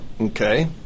Okay